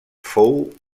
fou